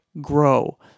grow